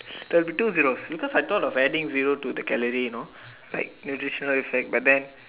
there will be two zero because I thought of adding zero to the calorie you know like nutritional effect but then